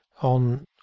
on